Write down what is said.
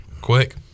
Quick